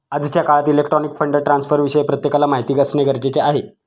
आजच्या काळात electronic fund ट्रान्स्फरविषयी प्रत्येकाला माहिती असणे गरजेचे आहे